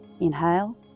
inhale